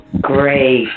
Great